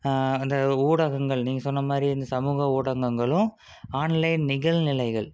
அந்த ஊடகங்கள் நீங்கள் சொன்ன மாதிரி இந்த சமூக ஊடகங்களும் ஆன்லைன் நிகழ்நிலைகள்